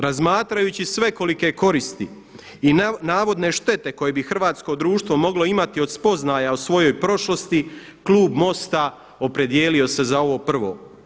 Razmatrajući svekolike koristi i navodne štete koje bi hrvatsko društvo moglo imati od spoznaja o svojoj prošlosti Klub MOST-a opredijelio se za ovo prvo.